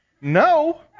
no